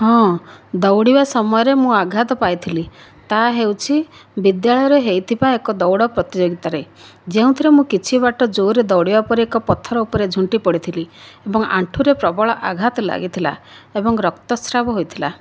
ହଁ ଦୌଡ଼ିବା ସମୟରେ ମୁଁ ଆଘାତ ପାଇଥିଲି ତା' ହେଉଛି ବିଦ୍ୟାଳୟରେ ହୋଇଥିବା ଏକ ଦୌଡ଼ ପ୍ରତିଯୋଗିତାରେ ଯେଉଁଥିରେ ମୁଁ କିଛି ବାଟ ଜୋର୍ରେ ଦୌଡ଼ିବା ପରେ ଏକ ପଥର ଉପରେ ଝୁଣ୍ଟି ପଡ଼ିଥିଲି ଏବଂ ଆଣ୍ଠୁରେ ପ୍ରବଳ ଆଘାତ ଲାଗିଥିଲା ଏବଂ ରକ୍ତସ୍ରାବ ହୋଇଥିଲା